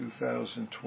2020